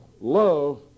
love